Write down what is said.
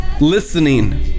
Listening